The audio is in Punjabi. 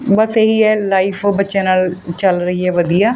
ਬਸ ਇਹੀ ਹੈ ਲਾਈਫ ਬੱਚਿਆਂ ਨਾਲ ਚੱਲ ਰਹੀ ਹੈ ਵਧੀਆ